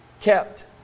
kept